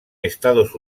estados